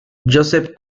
josep